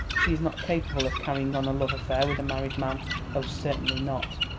she is not capable of carrying on a love affair with a married man oh, certainly not!